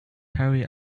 harry